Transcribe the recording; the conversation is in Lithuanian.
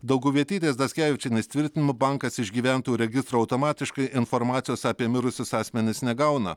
dauguvietytės dackevičienės tvirtinimu bankas iš gyventojų registro automatiškai informacijos apie mirusius asmenis negauna